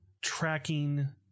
tracking